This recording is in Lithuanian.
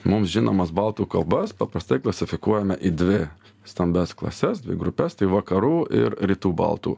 mums žinomas baltų kalbas paprastai klasifikuojame į dvi stambias klases dvi grupes tai vakarų ir rytų baltų